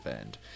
end